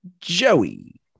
Joey